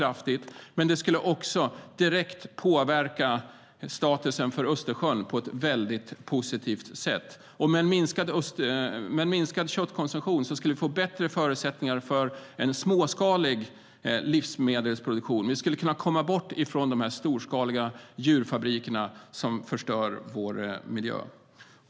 Det skulle direkt påverka statusen för Östersjön på ett väldigt positivt sätt. Och med en minskad köttkonsumtion skulle vi få bättre förutsättningar för en småskalig livsmedelsproduktion. Vi skulle kunna komma bort från de storskaliga djurfabrikerna, som förstör vår miljö.